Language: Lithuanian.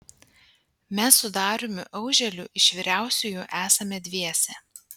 mes su dariumi auželiu iš vyriausiųjų esame dviese